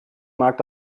mag